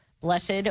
Blessed